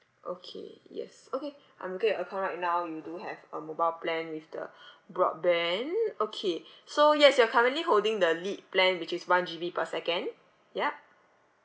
okay yes okay I'm looking at your account right now you do have a mobile plan with the broadband okay so yes you're currently holding the lite plan which is one G_B per second ya